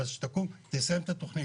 אבל שתקום ותסיים את התכנית.